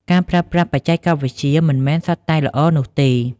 ការប្រើប្រាស់បច្ចេកវិទ្យាមិនមែនសុទ្ធតែល្អនោះទេ។